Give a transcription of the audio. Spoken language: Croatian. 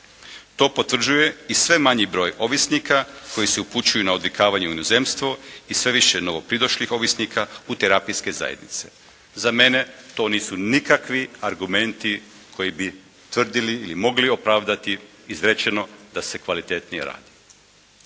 To potvrđuje i sve manji broj ovisnika koji se upućuju na odvikavanje u inozemstvo i sve više novopridošlih ovisnika u terapijske zajednice.» Za mene to nisu nikakvi argumenti koji bi tvrdili ili mogli opravdati izrečeno da se kvalitetnije radi.